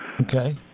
Okay